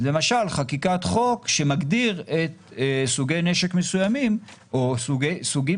זה למשל חקיקת חוק שמגדיר סוגי נשק מסוימים או סוגים